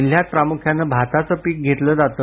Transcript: जिल्ह्यात प्रामुख्यानं भाताचं पीक घेतलं जातं